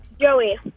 Joey